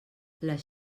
les